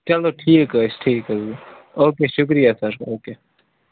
چَلو ٹھیٖک حظ چھُ ٹھیٖک حظ اوکے شُکرِیا سَر اوکے